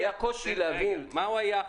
היה קושי להבין --- מהו היחס?